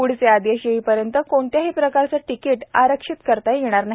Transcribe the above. प्ढचे आदेश येई र्यंत कोणत्याही प्रकारचं तिकिट आरक्षित करता येणार नाही